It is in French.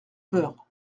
peur